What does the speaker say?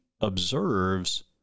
observes